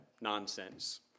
nonsense